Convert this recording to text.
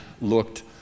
looked